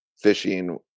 fishing